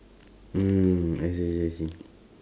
mm I see I see I see